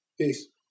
peace